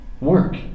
Work